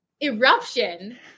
Eruption